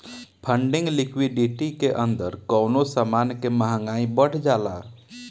funding liquidity के अंदर कवनो समान के महंगाई बढ़ जाला